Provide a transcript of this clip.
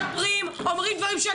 אתה ויעקב וביטן אומרים דברים שאני